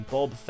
Bob